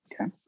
Okay